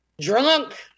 Drunk